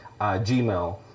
Gmail